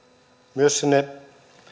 myös sinne